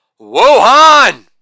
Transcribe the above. Wuhan